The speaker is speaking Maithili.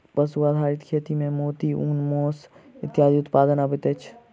पशु आधारित खेती मे मोती, ऊन, मौस इत्यादिक उत्पादन अबैत अछि